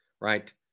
right